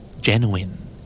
Genuine